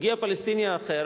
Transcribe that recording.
הגיע פלסטיני אחר,